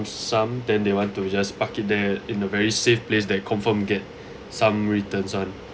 then they want to just park it there in a very safe place that confirm get some returns one